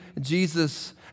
Jesus